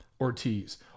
Ortiz